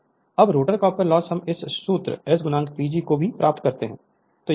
Refer Slide Time 1617 अब rotor copper loss हम इस सूत्र S PG को भी प्राप्त करते हैं